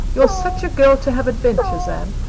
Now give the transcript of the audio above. you're such a girl to have adventures, anne.